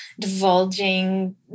divulging